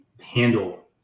handle